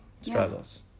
struggles